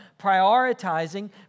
prioritizing